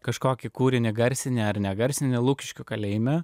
kažkokį kūrinį garsinę ar negarsinį lukiškių kalėjime